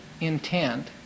intent